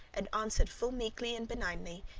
and answered full meekly and benignly,